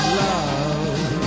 love